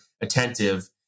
attentive